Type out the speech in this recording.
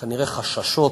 כנראה, חששות